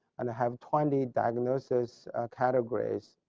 and have twenty diagnosis categories,